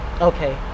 Okay